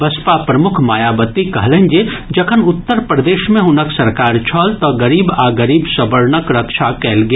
बसपा प्रमुख मायावती कहलनि जे जखन उत्तर प्रदेश मे हुनक सरकार छल तऽ गरीब आ गरीब सवर्णक रक्षा कयल गेल